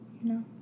No